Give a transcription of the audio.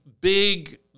big